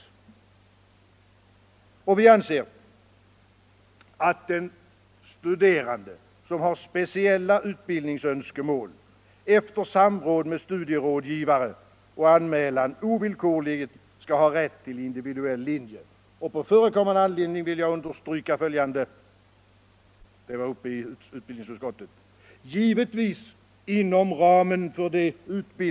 Vi moderater anser att studerande med speciella utbildningsönskemål efter samråd med studierådgivaren och anmälan ovillkorligen skall ha rätt till individuell linje — givetvis inom ramen för det utbildningsutbud som ges på ifrågavarande högskoleort. Jag vill på förekommen anledning understryka detta.